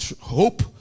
hope